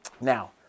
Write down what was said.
now